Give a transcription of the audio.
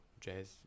jazz